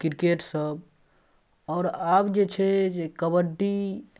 किरकेटसब आओर आब जे छै जे कबड्डी